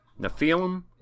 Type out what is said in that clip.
nephilim